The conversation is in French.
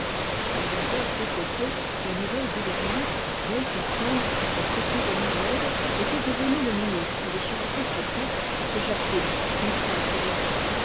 mlle desfossés la nouvelle gouvernante vieille personne excessivement laide était devenue le ministre des charités secrètes que jacquine n'eût point tolérées